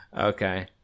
Okay